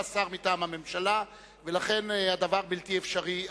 השר מטעם הממשלה ולכן הדבר בלתי אפשרי.